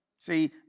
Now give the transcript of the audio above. See